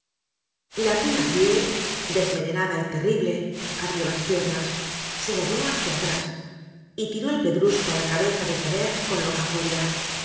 la thenardier desmelenada y terrible abrió las piernas se dobló hácia atrás y tiró el pedrusco á la cabeza de javert con loca furia